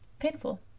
painful